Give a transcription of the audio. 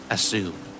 Assume